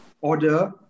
order